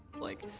like,